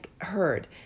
heard